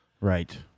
Right